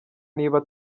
niba